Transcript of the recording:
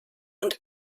und